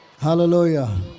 Hallelujah